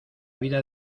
vida